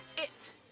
it.